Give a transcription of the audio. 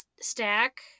stack